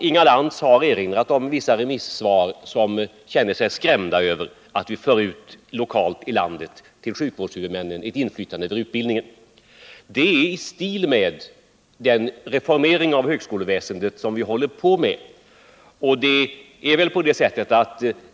Inga Lantz har erinrat om vissa remissinstanser som känner sig skrämda över att vi för ut lokalt i landet — till sjukvårdshuvudmännen -— ett inflytande över utbildningen. Det är i stil med den reformering av högskoleväsendet som vi håller på med.